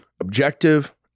objective